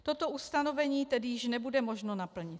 Toto ustanovení tedy již nebude možno naplnit.